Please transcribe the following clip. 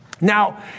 Now